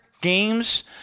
games